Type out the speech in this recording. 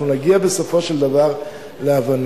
אנחנו נגיע בסופו של דבר להבנות.